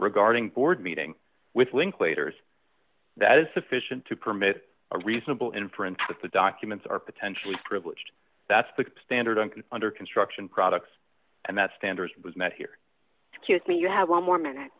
regarding board meeting with linklater is that is sufficient to permit a reasonable inference that the documents are potentially privileged that's the standard under construction products and that standard was met here to see you have one more minute